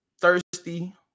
thirsty